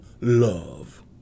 love